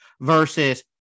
versus